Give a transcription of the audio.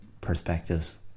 Perspectives